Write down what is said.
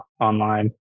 online